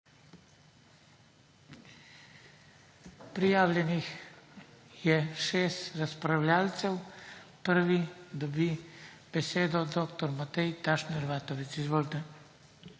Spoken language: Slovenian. Prijavljenih je šest razpravljavcev. Prvi dobi besedo dr. Matej Tašner Vatovec. **DR.